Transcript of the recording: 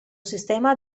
sistema